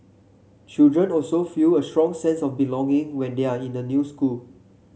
children also feel a strong sense of belonging when they are in a new school